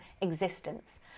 existence